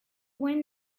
wind